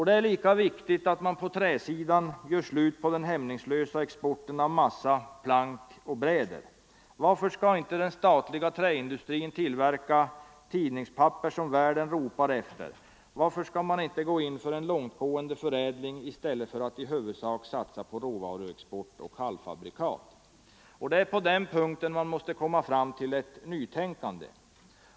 Det är lika viktigt att man på träsidan gör slut på den hämningslösa exporten av massa, plank och bräder. Varför skall inte den statliga träindustrin tillverka tidningspapper som världen ropar efter? Varför skall man inte gå in för en långtgående förädling i stället för att i huvudsak satsa på råvaruexport och halvfabrikat? Det är på den punkten vi måste komma fram till ett nytänkande.